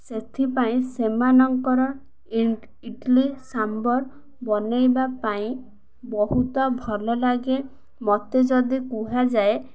ସେଥିପାଇଁ ସେମାନଙ୍କର ଇଟିଲିି ସମ୍ବର୍ ବନେଇବା ପାଇଁ ବହୁତ ଭଲ ଲାଗେ ମତେ ଯଦି କୁହାଯାଏ